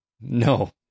No